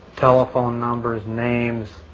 telephone numbers, names.